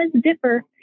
differ